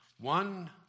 one